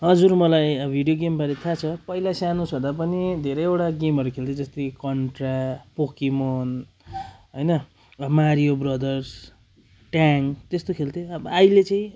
हजुर मलाई अब भिडियो गेमबारे थाहा छ पहिला सानो छँदा पनि धेरैवटा गेमहरू खेल्थेँ जस्तै कन्ट्रा पोकिमोन होइन अब मारियो ब्रदर्स ट्याङ त्यस्तो खेल्थेँ अब अहिले चाहिँ